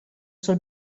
sul